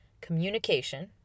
communication